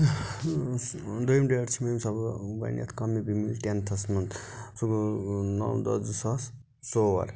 دویِم ڈیٹ چھُ یمہِ ساتہٕ بہٕ گۄڈٕنیٚتھ کامیٲبی منٛز ٹیٚنتھَس مَنٛز سُہ گوٚو نَو دہ زٕ ساس ژور